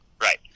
Right